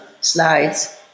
slides